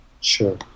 Sure